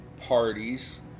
parties